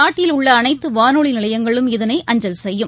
நாட்டில் உள்ளஅனைத்துவானொலிநிலையங்களும் இதனை அஞ்சல் செய்யும்